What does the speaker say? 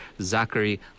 Zachary